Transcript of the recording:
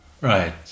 Right